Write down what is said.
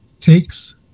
takes